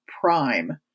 prime